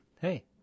hey